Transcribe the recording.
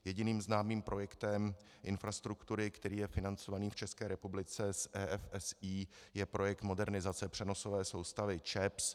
Jediným známým projektem infrastruktury, který je financovaný v České republice z EFSI, je projekt Modernizace přenosové soustavy ČEPS.